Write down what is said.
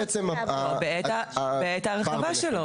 בעת ההרחבה שלו,